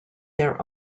their